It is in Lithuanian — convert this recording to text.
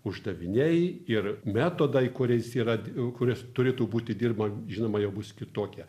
uždaviniai ir metodai kuriais yra kuris turėtų būti dirba žinoma jau bus kitokia